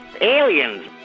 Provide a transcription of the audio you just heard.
aliens